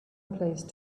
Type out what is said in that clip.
place